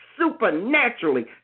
supernaturally